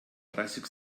dreißig